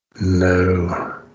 No